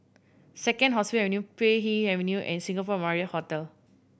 Second Hospital Avenue Puay Hee Avenue and Singapore Marriott Hotel